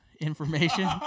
information